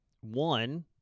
one